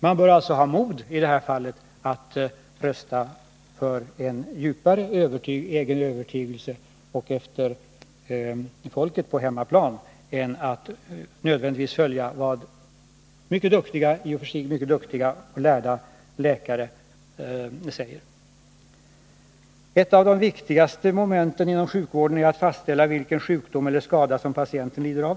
Man bör alltså i detta fall ha mod att rösta efter en djupare egen övertygelse och efter uppfattningen hos folket på hemmaplan och inte nödvändigtvis följa vad i och för sig mycket lärda och duktiga läkare säger. Ett av de viktigaste momenten inom sjukvården är att fastställa vilken sjukdom eller skada som patienten lider av.